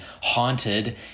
haunted